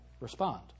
respond